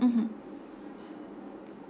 mmhmm